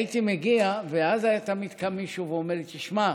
הייתי מגיע ואז היה תמיד קם מישהו ואומר לי: תשמע,